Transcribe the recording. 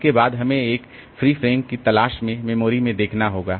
उसके बाद हमें एक फ्री फ्रेम की तलाश में मेमोरी में देखना होगा